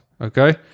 okay